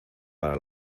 para